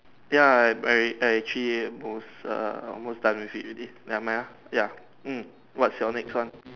ya I I actually both almost done with it already never mind ah ya what's your name try